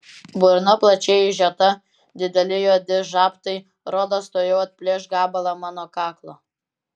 burna plačiai išžiota dideli juodi žabtai rodos tuojau atplėš gabalą mano kaklo